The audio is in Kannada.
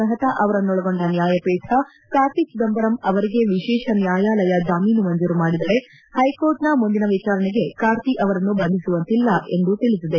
ಮೆಹ್ತಾ ಅವರನ್ನೊಳಗೊಂಡ ನ್ಲಾಯಪೀಠ ಕಾರ್ತಿ ಚಿದಂಬರಂ ಅವರಿಗೆ ವಿಶೇಷ ನ್ನಾಯಾಲಯ ಜಾಮೀನು ಮಂಜೂರು ಮಾಡಿದರೆ ಹೈಕೋರ್ಟ್ನ ಮುಂದಿನ ವಿಚಾರಣೆವರೆಗೆ ಕಾರ್ತಿ ಅವರನ್ನು ಬಂಧಿಸುವಂತಿಲ್ಲ ಎಂದು ತಿಳಿಸಿದೆ